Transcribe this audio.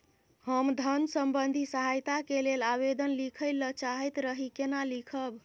हम धन संबंधी सहायता के लैल आवेदन लिखय ल चाहैत रही केना लिखब?